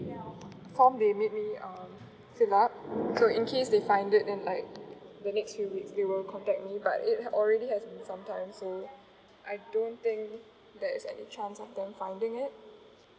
form they made me uh filled up because in case they find it in like the next few weeks they will contact me but it had already been some time so I don't think there's any chance of them finding it